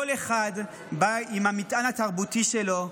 כל אחד בא עם המטען התרבותי שלו,